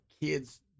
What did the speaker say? kids